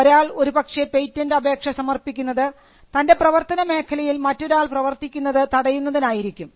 ഒരാൾ ഒരു പക്ഷേ പേറ്റന്റ് അപേക്ഷ സമർപ്പിക്കുന്നത് തൻറെ പ്രവർത്തനമേഖലയിൽ മറ്റൊരാൾ പ്രവർത്തിക്കുന്നത് തടയുന്നതിനായിരിക്കും